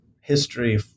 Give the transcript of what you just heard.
history